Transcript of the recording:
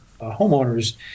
homeowners